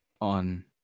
on